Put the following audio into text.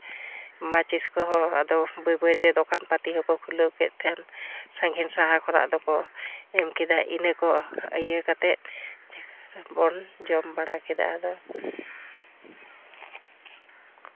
ᱢᱟᱪᱤᱥ ᱠᱚᱦᱚᱸ ᱟᱫᱚ ᱵᱟᱹᱭ ᱵᱟᱹᱭ ᱛᱮ ᱫᱚᱠᱟᱱ ᱯᱟᱛᱤ ᱦᱚᱸᱠᱚ ᱠᱷᱩᱞᱟᱹᱣ ᱠᱮᱫ ᱠᱷᱟᱱ ᱥᱟᱺᱜᱤᱧ ᱥᱟᱦᱟ ᱠᱷᱚᱱᱟᱜ ᱫᱚᱠᱚ ᱮᱢ ᱠᱮᱫᱟ ᱤᱱᱟᱹ ᱠᱚ ᱤᱭᱟᱹ ᱠᱟᱛᱮᱫ ᱡᱟᱜᱮ ᱵᱚᱱ ᱡᱚᱢ ᱵᱟᱲᱟ ᱠᱮᱫᱟ ᱟᱫᱚ